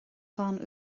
bhean